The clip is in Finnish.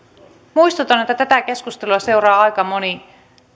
muistutan että tätä keskustelua seuraa aika moni